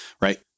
Right